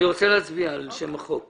אני רוצה להצביע על שם החוק